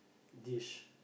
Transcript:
dish